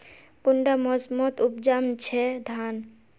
कुंडा मोसमोत उपजाम छै धान?